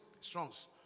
Strongs